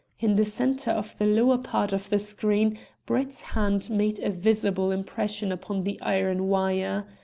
in the centre of the lower part of the screen brett's hand made a visible impression upon the iron wire.